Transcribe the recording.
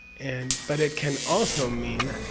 and but it can also mean